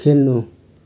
खेल्नु